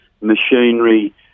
Machinery